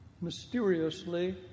mysteriously